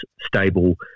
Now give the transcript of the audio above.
stable